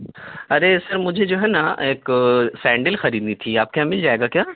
ارے sir مجھے جو ہے نا ایک سینڈل خریدنی تھی آپ کے یہاں مل جائے گا کیا